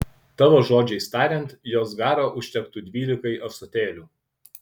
tavo žodžiais tariant jos garo užtektų dvylikai ąsotėlių